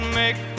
make